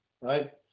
right